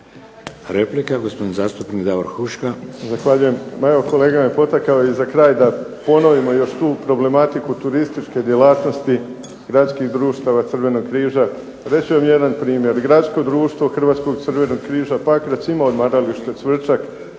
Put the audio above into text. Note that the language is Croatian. Replika gospodin zastupnik Davor Huška.